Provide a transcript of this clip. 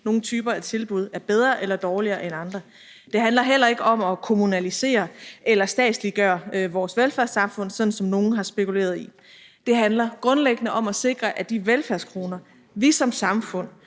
nogle typer af tilbud er bedre eller dårligere end andre. Det handler heller ikke om at kommunalisere eller statsliggøre vores velfærdssamfund, sådan som nogle har spekuleret i. Det handler grundlæggende om at sikre, at de velfærdskroner, vi som samfund